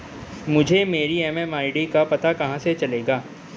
मुझे मेरी एम.एम.आई.डी का कहाँ से पता चलेगा?